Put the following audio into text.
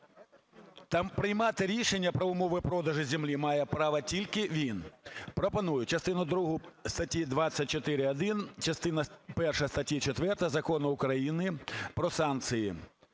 Та приймати рішення про умови продажу землі має право тільки він. Пропоную: "Частину 2 статті 24-1 частини 1 статті 4 Закону України "Про санкції"